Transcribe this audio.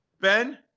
Ben